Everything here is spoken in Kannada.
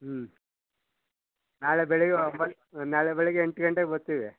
ಹ್ಞೂ ನಾಳೆ ಬೆಳಿಗ್ಗೆ ಒಂಬತ್ತು ನಾಳೆ ಬೆಳಿಗ್ಗೆ ಎಂಟು ಗಂಟೆಗೆ ಬರ್ತೀವಿ